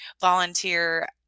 volunteer